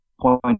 point